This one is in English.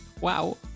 Wow